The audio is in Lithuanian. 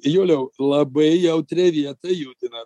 juliau labai jautrią vietą judinat